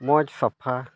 ᱢᱚᱡᱽ ᱥᱟᱯᱷᱟ